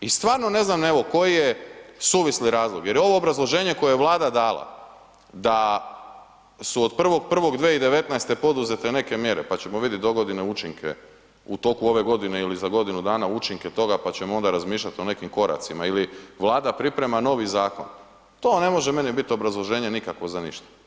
I stvarno ne znam evo koji je suvisli razlog jer je ovo obrazloženje koje Vlada dala sa su od 1.1.2019. poduzete neke mjere pa ćemo vidjet dogodine učinke u toku ove godine ili za godinu dana učinke toga pa ćemo onda razmišljati o nekim koracima ili Vlada priprema novi zakon, to ne može meni biti obrazloženje nikako za ništa.